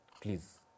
Please